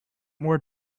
more